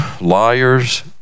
liars